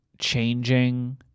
changing